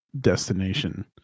destination